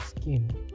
skin